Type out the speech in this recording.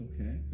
Okay